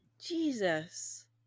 Jesus